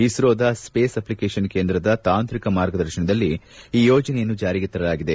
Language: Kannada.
ಇಸ್ತೋದ ಸ್ಪೇಸ್ ಅಪ್ಲಿಕೇಶನ್ ಕೇಂದ್ರದ ತಾಂತ್ರಿಕ ಮಾರ್ಗದರ್ಶನದಲ್ಲಿ ಈ ಯೋಜನೆಯನ್ನು ಜಾರಿಗೆ ತರಲಾಗಿದೆ